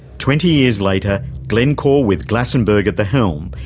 twenty years later glencore, with glasenberg at the helm,